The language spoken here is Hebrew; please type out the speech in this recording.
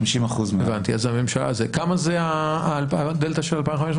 50%. כמה זה הדלתא של 2,500,